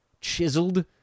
chiseled